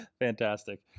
Fantastic